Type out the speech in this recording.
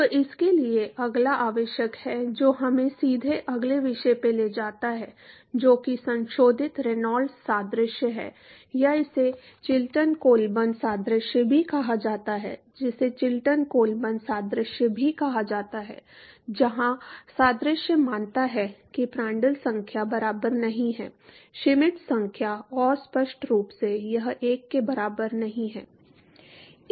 तो इसके लिए अगला आवश्यक है जो हमें सीधे अगले विषय पर ले जाता है जो कि संशोधित रेनॉल्ड्स सादृश्य है या इसे चिल्टन कोलबर्न सादृश्य भी कहा जाता है जिसे चिल्टन कोलबर्न सादृश्य भी कहा जाता है जहां सादृश्य मानता है कि प्रांड्ल संख्या बराबर नहीं है श्मिट संख्या और स्पष्ट रूप से यह 1 के बराबर नहीं है